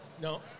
No